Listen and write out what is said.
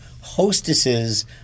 hostesses